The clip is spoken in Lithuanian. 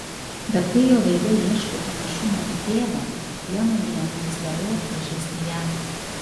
bet kai jo veide ieškau panašumo į tėvą kiekvieną dieną vis labiau atpažįstu ją